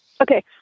Okay